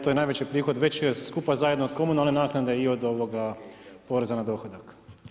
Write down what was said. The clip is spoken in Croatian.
To je najveći prihod, veći je skupa zajedno od komunalne naknade i od poreza na dohodak.